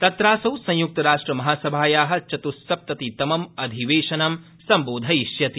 तत्रासौ संय्क्तराष्ट्र महासभाया चत्स्सप्तति तमम् अधिवेशनं सम्बोधयिष्यति